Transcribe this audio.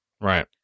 Right